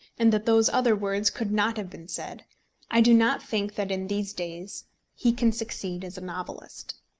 and that those other words could not have been said i do not think that in these days he can succeed as a novelist.